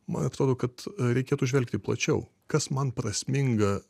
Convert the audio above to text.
man atrodo kad reikėtų žvelgti plačiau kas man prasminga